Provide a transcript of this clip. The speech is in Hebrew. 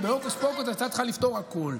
ובהוקוס-פוקוס הייתה צריכה לפתור הכול.